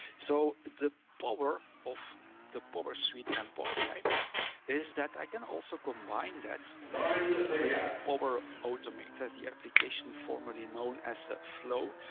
so the power of the power suite and power bi is that i can also combine that with but power automate, the application formerly known as flow,